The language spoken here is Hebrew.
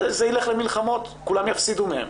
זה ילך למלחמות וכולם יפסידו מהן.